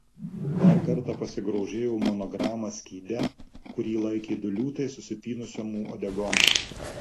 dar kartą pasigrožėjo monograma skyde kurį laikė du liūtai susipynusiom uodegom